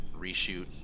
reshoot